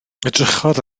edrychodd